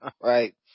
Right